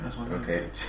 Okay